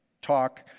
talk